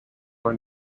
were